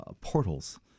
portals